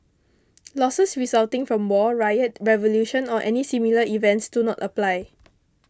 losses resulting from war riot revolution or any similar events do not apply